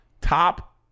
top